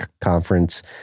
Conference